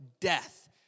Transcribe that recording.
death